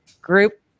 group